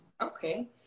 Okay